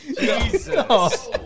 Jesus